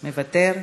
מוותר,